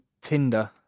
Tinder